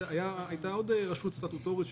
הייתה שם עוד רשות סטטוטורית,